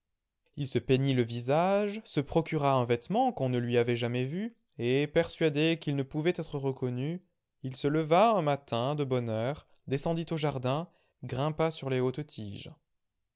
il se peignit le visage se procura un vêtement qu'on ne lui avait jamais vu et persuadé qu'il ne pouvait être reconnu il se leva un matin de bonne heure descendit au jardin grimpa sur les hautes tiges